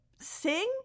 Sing